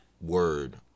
word